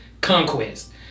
conquest